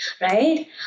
right